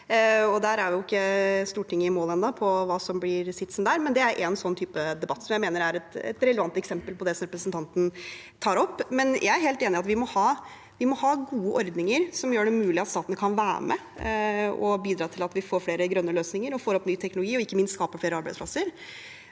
er ennå ikke i mål på hva som blir sitsen der, men det er en slik debatt jeg mener er et relevant eksempel på det representanten tar opp. Jeg er helt enig i at vi må ha gode ordninger som gjør det mulig at staten kan være med og bidra til at vi får flere grønne løsninger, får opp ny teknologi og ikke minst skaper flere arbeidsplasser,